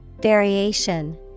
Variation